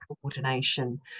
coordination